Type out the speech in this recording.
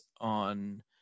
on